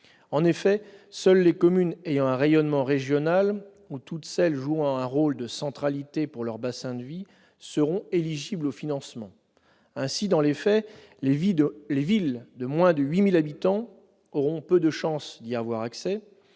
En effet, seules les communes ayant un « rayonnement régional » ou toutes celles jouant un rôle de « centralité pour leur bassin de vie » seront éligibles au financement. Ainsi, dans les faits, les villes de moins de 8 000 habitants auront peu de chances d'y avoir accès.